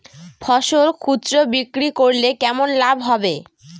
ফসল খুচরো বিক্রি করলে কেমন লাভ হবে?